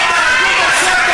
פעם אחת תגנה את החמאס.